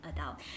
adult